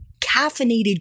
caffeinated